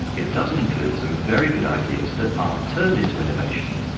it doesn't include some very good ideas that aren't turned into innovation.